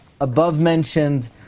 above-mentioned